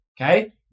okay